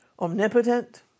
omnipotent